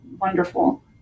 wonderful